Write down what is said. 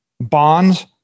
bonds